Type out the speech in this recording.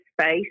space